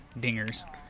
dingers